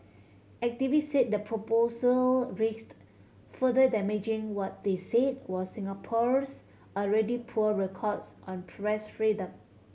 activist say the proposal risked further damaging what they said was Singapore's already poor records on press freedom